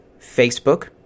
Facebook